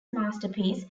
masterpiece